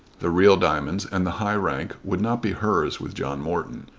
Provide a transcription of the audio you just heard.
the real diamonds and the high rank would not be hers with john morton.